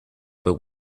but